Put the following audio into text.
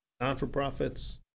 non-for-profits